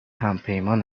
همپیمان